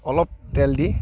অলপ তেল দি